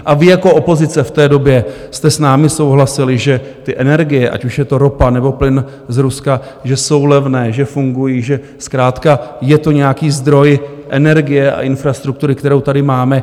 A vy jako opozice v té době jste s námi souhlasili, že ty energie, ať už je to ropa, nebo plyn z Ruska, že jsou levné, že fungují, že zkrátka je to nějaký zdroj energie a infrastruktury, kterou tady máme.